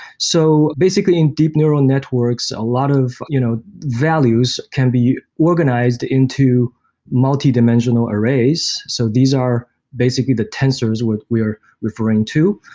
so basically, in deep neural networks, a lot of you know values can be organized into multidimensional arrays. so these are basically the tensors what we're referring to.